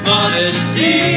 Modesty